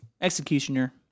executioner